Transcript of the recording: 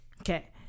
Okay